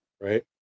right